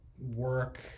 work